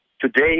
today